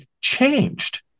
changed